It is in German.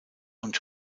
und